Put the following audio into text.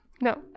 No